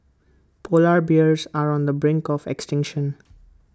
Polar Bears are on the brink of extinction